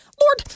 Lord